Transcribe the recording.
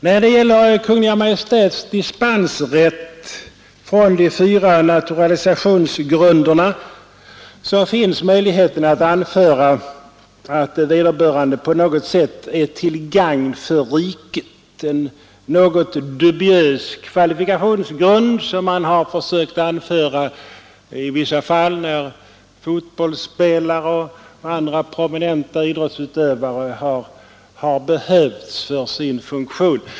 När det gäller Kungl. Maj:ts dispensrätt från de fyra naturalisationsgrunderna finns möjligheten att anföra att vederbörande på något sätt är till ”gagn för riket” — en något dubiös kvalifikationsgrund som man har försökt anföra i vissa fall när t.ex. prominenta fotbollsspelare och andra idrottsutövare har behövts här i landet för sin funktion.